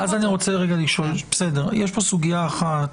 יש פה סוגיה אחת,